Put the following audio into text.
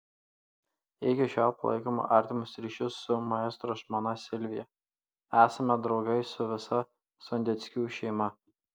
iki šiol palaikome artimus ryšius su maestro žmona silvija esame draugai su visa sondeckių šeima